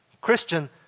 Christian